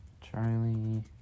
Charlie